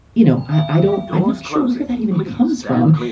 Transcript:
you know, i don't i'm not sure where that even comes from.